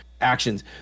actions